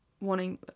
wanting